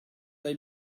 they